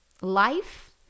life